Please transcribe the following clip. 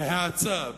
בהאצה,